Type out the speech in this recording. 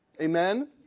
Amen